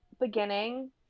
beginning